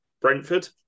Brentford